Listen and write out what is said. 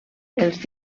els